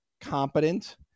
competent